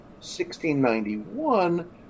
1691